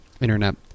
internet